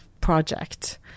project